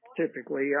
typically